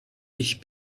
ich